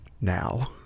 now